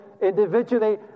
individually